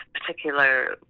particular